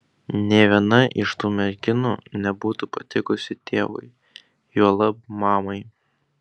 nė viena iš tų merginų nebūtų patikusi tėvui juolab mamai